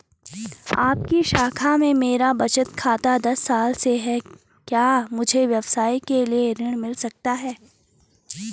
आपकी शाखा में मेरा बचत खाता दस साल से है क्या मुझे व्यवसाय के लिए ऋण मिल सकता है?